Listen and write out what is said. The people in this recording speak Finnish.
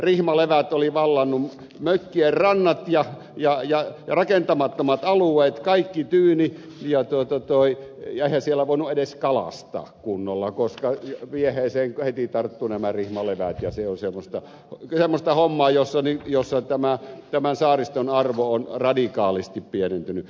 rihmalevät olivat vallanneet mökkien rannat ja rakentamattomat alueet kaikki tyynni ja eihän siellä voinut edes kalastaa kunnolla koska vieheeseen heti tarttuivat nämä rihmalevät ja se on semmoista hommaa jossa tämän saariston arvo on radikaalisti pienentynyt